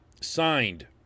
signed